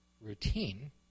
routine